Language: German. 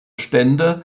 stände